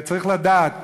צריך לדעת